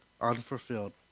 unfulfilled